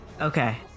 Okay